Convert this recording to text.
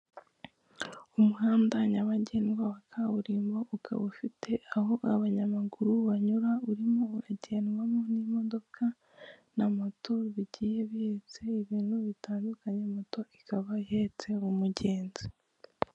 Umuhanda nyabagendwa wa kaburimbo ukaba ufite aho abanyamaguru banyura, urimo uragendwamo n'imodoka na moto bigiye bihetse ibintu bitandukanye moto ikaba ihetse umugenzi.